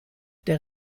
der